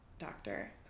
doctor